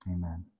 Amen